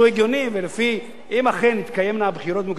אם אכן תתקיימנה בחירות מוקדמות אפילו יכול